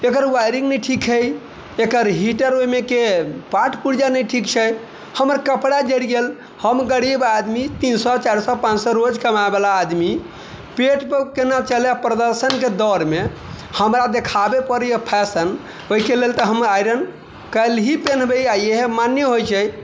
एकर wiring नहि ठीक है एकर हीटर ओहिमे के पार्ट पुर्जा नहि ठीक छै हमर कपड़ा जरि गेल हम गरीब आदमी तीन सए चारि सए पाँच सए रोज कमाय बला आदमी पेट पर केना चलय प्रदर्शन के दौर मे हमरा देखाबे परैया फैसन ओहिके लेल तऽ हमरा आइरन कयल ही पीन्हबै आ इहे मान्य ही होइ छै